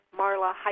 Marla